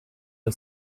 her